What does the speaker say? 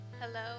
Hello